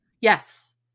Yes